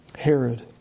Herod